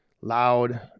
loud